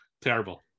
terrible